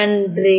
நன்றி